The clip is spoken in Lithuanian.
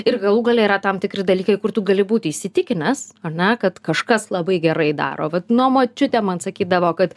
ir galų gale yra tam tikri dalykai kur tu gali būti įsitikinęs ar ne kad kažkas labai gerai daro vat nu močiutė man sakydavo kad